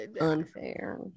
unfair